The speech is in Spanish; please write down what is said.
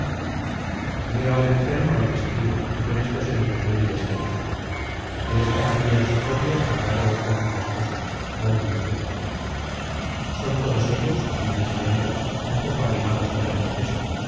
leo al enfermo lo que escribo y con esto se entretiene y es feliz de esta familia de socobio contaré a usted muchas cosas aún no es tiempo son todos ellos varones y hembras un poco arrimados al retroceso